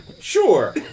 Sure